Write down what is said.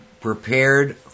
prepared